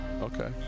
okay